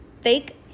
fake